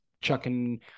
chucking